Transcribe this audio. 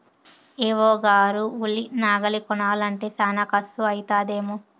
AO గారు ఉలి నాగలి కొనాలంటే శానా కర్సు అయితదేమో